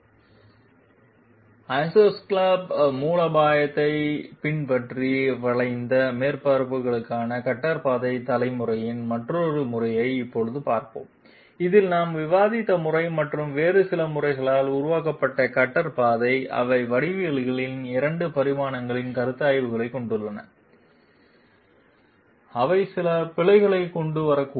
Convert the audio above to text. iso scallop மூலோபாயத்தைப் பின்பற்றி வளைந்த மேற்பரப்புகளுக்கான கட்டர் பாதை தலைமுறையின் மற்றொரு முறையை இப்போது பார்ப்போம் அதில் நாம் விவாதித்த முறை மற்றும் வேறு சில முறைகளால் உருவாக்கப்பட்ட கட்டர் பாதை அவை வடிவவியல்களின் 2 பரிமாணக் கருத்தாய்வுகளைக் கொண்டுள்ளன அவை சில பிழைகளைக் கொண்டு வரக்கூடும்